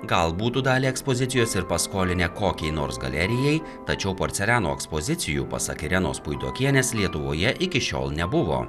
gal būtų dalį ekspozicijos ir paskolinę kokiai nors galerijai tačiau porceliano ekspozicijų pasak irenos puidokienės lietuvoje iki šiol nebuvo